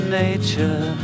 nature